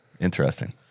Interesting